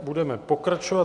Budeme pokračovat.